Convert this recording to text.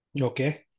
Okay